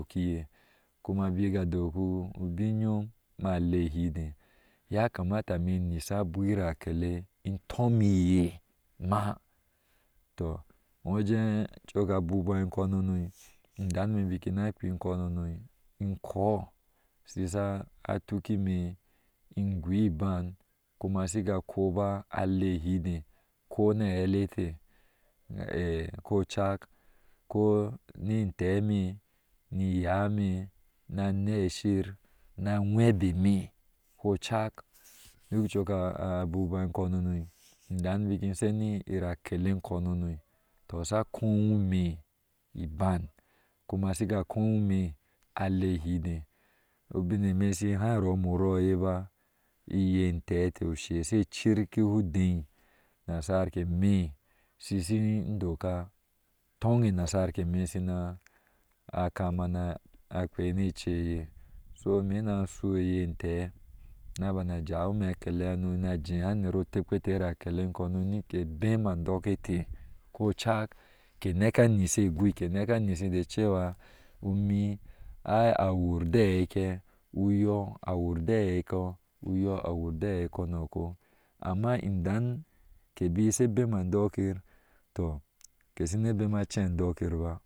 Kiye kuma bika dok ubin nyon ma lea hidee, yakama me nyisc agwrira akele a tonkiye ma, tɔ wuje cok abubuwa inkoneno indan ne bikin na kpe inkonono shin kɔɔ sha tukemeh in goi iban kuma shiga ko aba ala hidee kona aeile tee, kocak koni intemeh in iyaa meh na anashi na agwebeme, kocak dok cok abubuwa ha no idan suni ira akele enkɔnono, to sha koweme iban kome shiga kowene alea ihedee ubin emeh sin haa rome orɔɔye ba iye intee teh oshɛ she orkiba inteh odee nasrkeme, siritin doka tude nasar ke me shina akama na kpea ne cege, so me na sou aye intee naba na jawe akele hano na jehe aner otekpte akele inkɔɔno ni ke bema adɔɔke te kocaak ke neke yishe igwe keneke yishe da cewa umi a our de aɛi ke uyɔɔ awur je ciɛkɔoɨ ugɔɔ a wuɔ de aɛi kɔɔ noko, amma wan kebik she bema andokyir tɔ keshini shne beaace a dokyir ba.